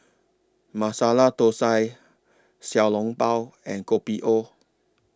Masala Thosai Xiao Long Bao and Kopi O